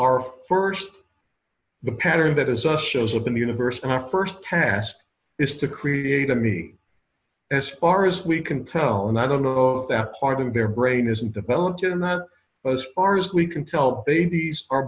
our first the pattern that is us shows up in the universe and our first task is to create a me as far as we can tell and i don't know if that part of their brain isn't developed in that but as far as we can tell these are